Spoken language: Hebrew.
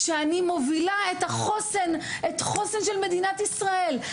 שמובילה את החוסן של מדינת ישראל,